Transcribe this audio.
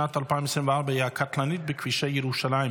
שנת 2024 היא הקטלנית בכבישי ירושלים,